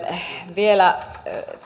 vielä